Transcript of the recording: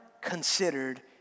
considered